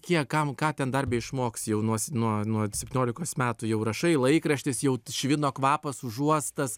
kiek kam ką ten dar beišmoksi jau nuo nuo nuo septyniolikos metų jau rašai laikraštis jau švino kvapas užuostas